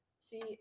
See